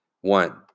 One